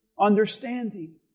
Understanding